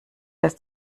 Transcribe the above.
dass